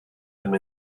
them